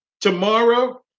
tomorrow